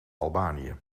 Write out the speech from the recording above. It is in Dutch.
albanië